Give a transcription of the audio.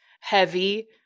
heavy